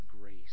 grace